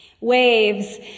waves